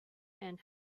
and